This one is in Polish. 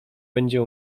będzie